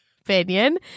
opinion